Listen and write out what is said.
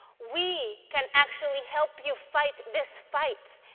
we can actually help you fight this fight.